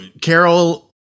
Carol